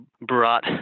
brought